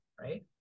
Right